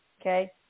Okay